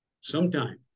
sometime